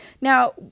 Now